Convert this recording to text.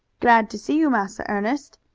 glad to see you, massa ernest,